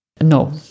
no